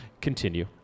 Continue